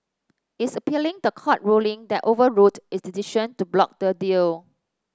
it is appealing the court ruling that overruled its decision to block the deal